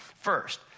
first